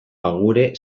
agure